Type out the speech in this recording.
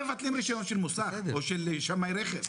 קיים של מוסך או של שמאי רכב.